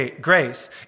grace